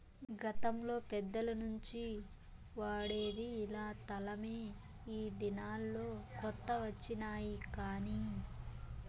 గతంలో పెద్దల నుంచి వాడేది ఇలా తలమే ఈ దినాల్లో కొత్త వచ్చినాయి కానీ